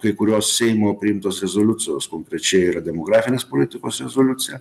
kai kuriuos seimo priimtos rezoliucijos konkrečiai yra demografinės politikos rezoliucija